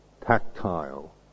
tactile